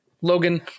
Logan